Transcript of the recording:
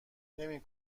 نمی